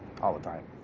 all the time.